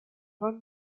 run